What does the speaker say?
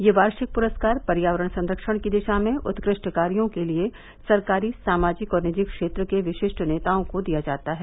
यह वार्षिक प्रस्कार पर्यावरण संरक्षण की दिशा में उत्कृष्ट कार्यों के लिए सरकारी सामाजिक और निजी क्षेत्र के विशिष्ट नेताओं को दिया जाता है